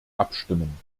abstimmen